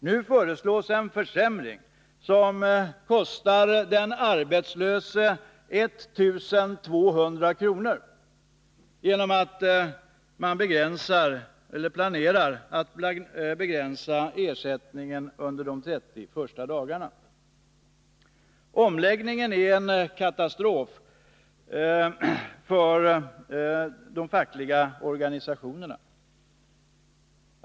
Nu föreslås en försämring som kostar den arbetslöse 1 200 kr. genom att man planerar att begränsa ersättningen under de 30 första dagarna. Omläggningen är en katastrof för de fackliga organisationerna.